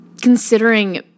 considering